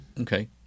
Okay